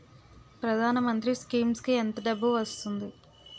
ప్రధాన మంత్రి స్కీమ్స్ కీ ఎంత డబ్బు వస్తుంది?